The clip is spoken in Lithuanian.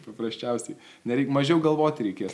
paprasčiausiai nereik mažiau galvoti reikės